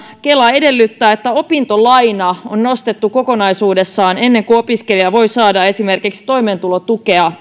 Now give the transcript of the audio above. kela edellyttää että opintolaina on nostettu kokonaisuudessaan ennen kuin vähävarainen opiskelija voi saada esimerkiksi toimeentulotukea